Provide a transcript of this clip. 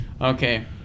Okay